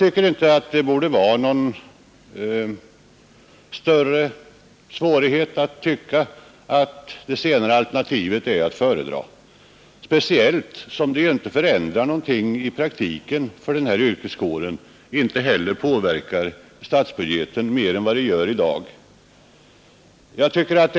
Det borde inte vara någon större svårighet att finna att det senare alternativet är att föredra, speciellt som det inte förändrar någonting i praktiken för den här yrkeskåren och inte heller påverkar statsbudgeten mer än nuvarande regler gör.